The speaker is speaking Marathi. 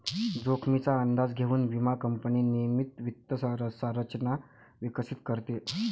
जोखमीचा अंदाज घेऊन विमा कंपनी नियमित वित्त संरचना विकसित करते